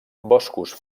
boscos